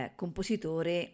compositore